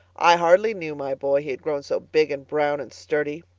i hardly knew my boy, he had grown so big and brown and sturdy.